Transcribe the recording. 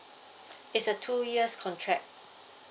it's a two years contract